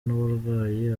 n’uburwayi